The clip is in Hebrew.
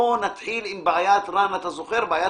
בוא נתחיל עם בעיית החובות.